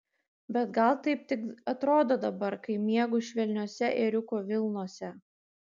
bet gal taip tik atrodo dabar kai miegu švelniose ėriukų vilnose